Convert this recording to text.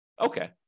Okay